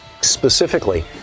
specifically